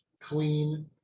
clean